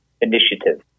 initiative